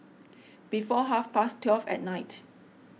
before half past twelve at night